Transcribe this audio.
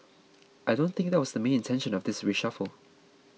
I don't think that was the main intention of this reshuffle